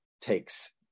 takes